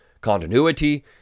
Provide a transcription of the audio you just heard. continuity